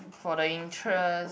for the interest